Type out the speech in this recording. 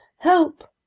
help!